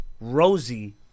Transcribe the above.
Rosie